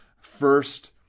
first